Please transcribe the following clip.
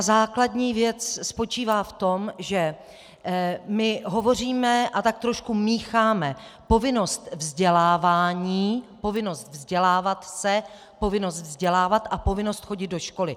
Základní věc spočívá v tom, že hovoříme a tak trošku mícháme povinnost vzdělávání, povinnost vzdělávat se, povinnost vzdělávat a povinnost chodit do školy.